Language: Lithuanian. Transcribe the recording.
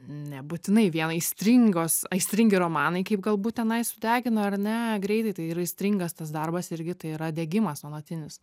nebūtinai vien aistringos aistringi romanai kaip galbūt tenai sudegina ar ne greitai tai ir aistringas tas darbas irgi tai yra degimas nuolatinis